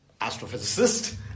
astrophysicist